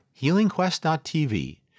healingquest.tv